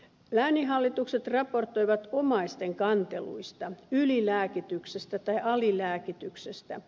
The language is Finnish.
lääninhallitukset raportoivat omaisten kanteluista ylilääkityksestä tai alilääkityksestä